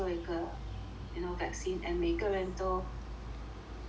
you know vaccine and 每个人都